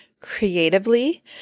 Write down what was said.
creatively